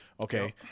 okay